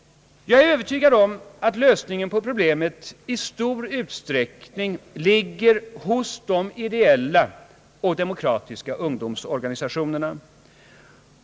Jag är övertygad om att lösningen på problemet i stor utsträckning ligger hos de ideella och demokratiska ungdomsorganisationerna.